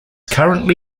currently